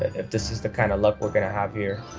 if this is the kind of luck we're going to have here